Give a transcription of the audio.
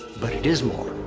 but it is more.